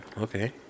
okay